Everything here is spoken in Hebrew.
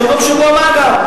שיבוא בשבוע הבא.